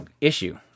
issue